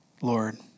Lord